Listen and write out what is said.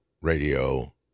radio